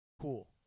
Cool